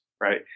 right